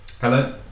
Hello